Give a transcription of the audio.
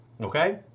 okay